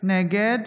נגד